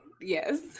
Yes